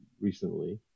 recently